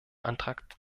antrag